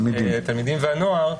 התלמידים והנוער.